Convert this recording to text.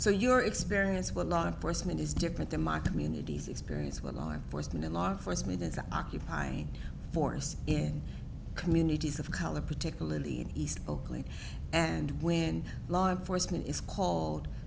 so your experience with law enforcement is different than my community's experience with law enforcement and law enforcement as an occupying force in communities of color particularly in east oakland and when law enforcement is c